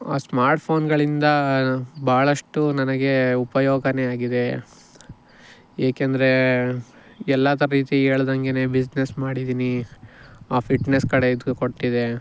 ಸ್ಮಾರ್ಟ್ಫೋನ್ಗಳಿಂದ ಭಾಳಷ್ಟು ನನಗೆ ಉಪಯೋಗ ಆಗಿದೆ ಏಕೆಂದರೆ ಎಲ್ಲದ ರೀತಿ ಹೇಳ್ದಂಗೆನೆ ಬಿಸ್ನೆಸ್ ಮಾಡಿದೀನಿ ಆ ಫಿಟ್ನೆಸ್ ಕಡೆ ಇದು ಕೊಟ್ಟಿದೆ